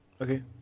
Okay